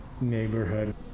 neighborhood